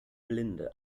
blinde